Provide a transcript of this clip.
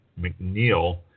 McNeil